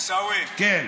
עיסאווי, אני משוחרר?